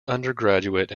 undergraduate